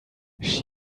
she